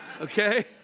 okay